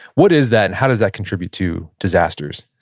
what is that, and how does that contribute to disasters?